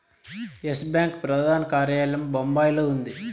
yes Bank ప్రధాన కార్యాలయం బొంబాయిలో ఉంది